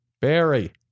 Barry